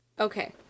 Okay